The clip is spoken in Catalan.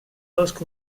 boscs